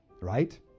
right